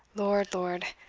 lord! lord!